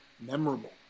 memorable